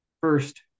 First